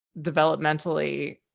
developmentally